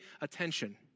attention